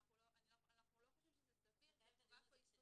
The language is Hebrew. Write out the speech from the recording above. שאנחנו לא חושבים שזה סביר שייקבע פה יישום